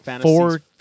four